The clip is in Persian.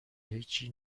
هیچی